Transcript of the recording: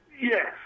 Yes